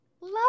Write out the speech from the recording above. Love